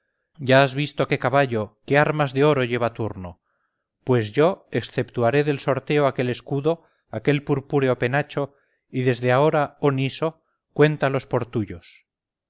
ya has visto qué caballo qué armas de oro llevaba turno pues yo exceptuaré del sorteo aquel escudo aquel purpúreo penacho y desde ahora oh niso cuéntalos por tuyos